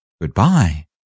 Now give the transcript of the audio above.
Good-bye